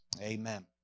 amen